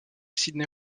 sydney